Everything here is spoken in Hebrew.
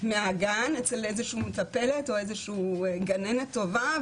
מהגן אצל איזושהי מטפלת או איזושהי גננת טובה,